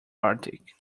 attic